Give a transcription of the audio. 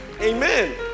Amen